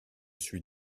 suis